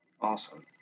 Awesome